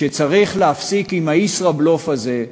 היא שצריך להפסיק עם הישראבלוף הזה,